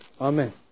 Amen